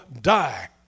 die